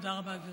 תודה רבה, גברתי.